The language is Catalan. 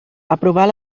aprovar